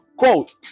Quote